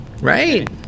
right